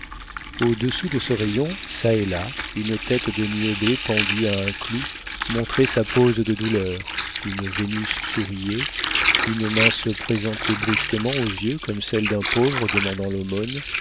au-dessous de ce rayon çà et là une tête de niobé pendue à un clou montrait sa pose de douleur une vénus souriait une main se présentait brusquement aux yeux comme celle d'un pauvre demandant l'aumône